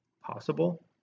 possible